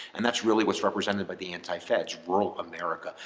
and that's really what's represented by the anti-feds rural america.